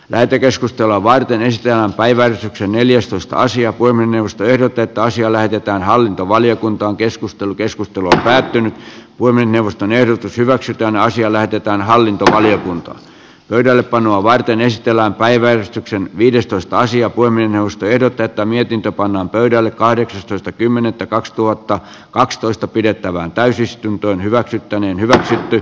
lähetekeskustelua vain tennis ja päivän neljästoista osia voimme tehdä tätä asiaa lähdetään hallintovaliokunta on keskustelu keskustelu on päättynyt voimme neuvoston ehdotus hyväksytään asia lähetetään hallintovaliokunta pöydällepanoa varten esitellään päiväjärjestyksen viidestoista sija poimii mausteiden tätä mietintö pannaan pöydälle kahdeksastoista kymmenettä kaksituhatta kakstoista pidettävään täysistuntoon hyväksytty niin hyväksytty